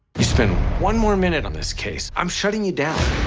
you spend one more minute on this case, i'm shutting you down.